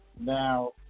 now